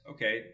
Okay